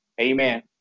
Amen